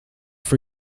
for